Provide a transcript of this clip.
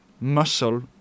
muscle